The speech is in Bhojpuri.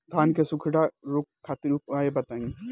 धान के सुखड़ा रोग खातिर उपाय बताई?